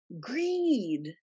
greed